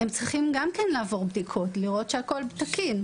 הם גם כן צריכים לעבור בדיקות כדי לראות שהכול תקין.